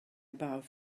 about